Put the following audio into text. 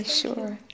sure